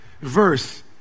verse